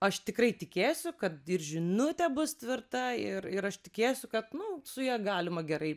aš tikrai tikėsiu kad ir žinutė bus tvirta ir ir aš tikėsiu kad nu su ja galima gerai